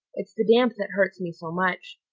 it's the damp that hurts me so much.